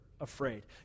afraid